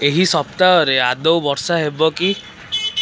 ଏହି ସପ୍ତାହରେ ଆଦୌ ବର୍ଷା ହେବ କି